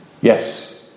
Yes